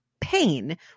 pain